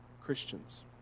Christians